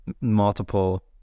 multiple